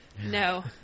no